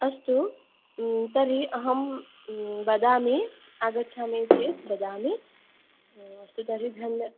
अस्तु तर्हि अहं वदामि आगच्छामि चेत् वदामि अस्तु तर्हि धन्य